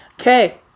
okay